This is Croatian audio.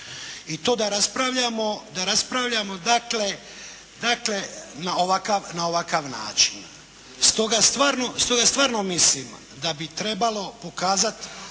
dakle, na ovakav, na ovakav način. Stoga stvarno mislim da bi trebalo pokazati